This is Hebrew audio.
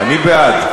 אני בעד.